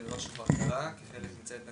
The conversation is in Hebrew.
זה דבר שכבר קורה ומתנהל על ידי צוות